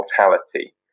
mortality